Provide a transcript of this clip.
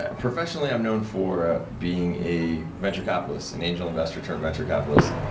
ah professionally, i'm known for being a venture capitalist, an angel investor turned venture capitalist,